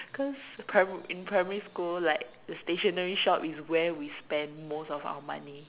cause prim~ in primary school like the stationery shop is where we spend most of our money